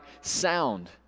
sound